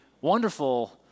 wonderful